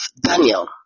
daniel